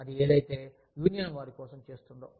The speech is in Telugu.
అది ఏదైతే యూనియన్ వారి కోసం చేస్తుందో